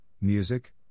music